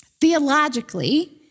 theologically